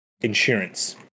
insurance